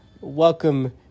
Welcome